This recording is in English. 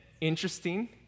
interesting